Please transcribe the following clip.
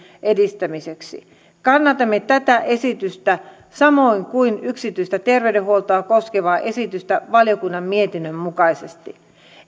edistämiseksi kannatamme tätä esitystä samoin kuin yksityistä terveydenhuoltoa koskevaa esitystä valiokunnan mietinnön mukaisesti